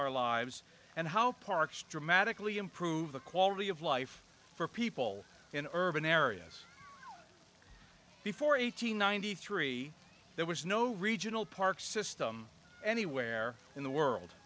our lives and how parks dramatically improve the quality of life for people in urban areas before eight hundred and ninety three there was no regional park system anywhere in the world